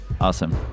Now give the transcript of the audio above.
Awesome